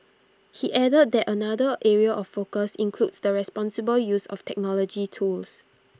he added that another area of focus includes the responsible use of technology tools